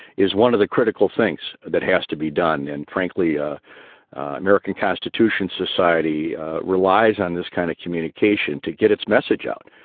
is one of the critical things that has to be done. and frankly, a american constitution society relies on this kind of communication to get its message out,